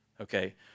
okay